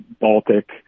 Baltic